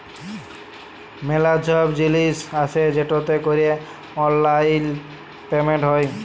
ম্যালা ছব জিলিস আসে যেটতে ক্যরে অললাইল পেমেলট হ্যয়